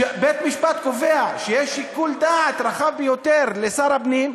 בית-המשפט קובע שיש שיקול דעת רחב ביותר לשר הפנים,